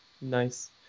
Nice